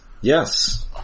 Yes